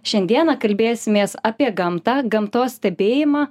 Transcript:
šiandien kalbėsimės apie gamtą gamtos stebėjimą